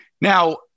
Now